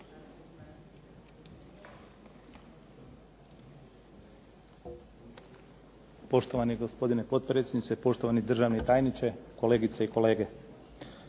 Poštovani gospodine potpredsjedniče, poštovani državni tajniče, kolegice i kolege.